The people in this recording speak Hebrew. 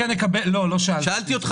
לא, לא שאלת אותי.